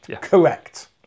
Correct